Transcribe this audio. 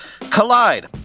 Collide